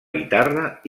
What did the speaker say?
guitarra